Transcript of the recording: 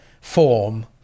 form